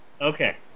Okay